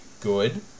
good